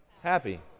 happy